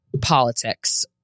politics